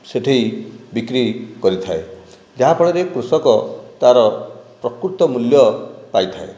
ସେଇଠି ବିକ୍ରି କରିଥାଏ ଯାହାଫଳରେ କୃଷକ ତାର ପ୍ରକୃତ ମୂଲ୍ୟ ପାଇଥାଏ